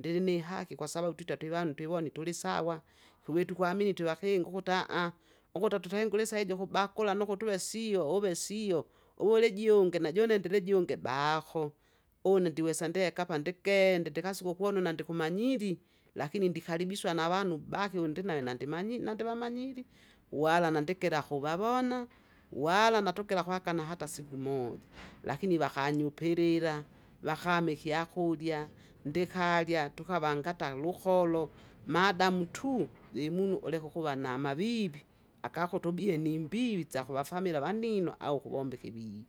Ndilinihaki kwassabau twita twivandu twivonu tulisawa, ikiwitukwamini twivakinga ukuti ukuti, ukuta atutengule isaijo kubakula nukuti uve sio uve sio, uvule ijungi najune ndirijungi baho. Une ndiwesa ndieakapa ndikende ndikasuke ukunu nandikumanyili, lakini ndikalibiswa navanu baki undinae nandimanyi nandivamanyiri, uwala nandikilako kuvavona, wala natukela kwa haka na hata siku moja. Lakini vakanyupilila, vakame ikyakurya, ndikarya tukavanga hata lukolo, madamu tu! limunu uleka ukuva namavivi, akakutu ubie nimbivi isyakuvafamila avanino au ukuvomba ikivivi.